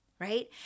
right